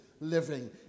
living